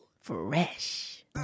Fresh